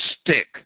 stick